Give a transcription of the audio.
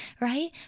right